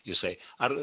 jisai ar